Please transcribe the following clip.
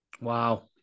Wow